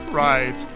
right